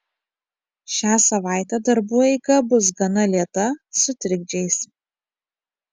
šią savaitę darbų eiga bus gana lėta su trikdžiais